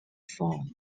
form